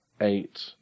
eight